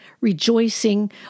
rejoicing